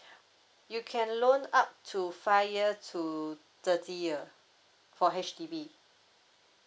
you can loan up to five year to thirty year for H_D_B